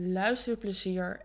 luisterplezier